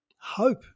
hope